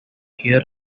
here